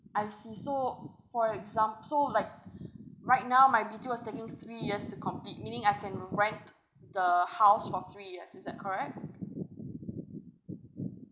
I see so for exam~ so like right now my B_T_O is taking three years to complete meaning I can rent the house for three years is that correct